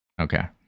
Okay